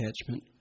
attachment